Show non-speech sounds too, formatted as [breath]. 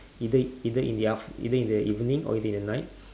either either in the aft~ either in the evening or either in the night [breath]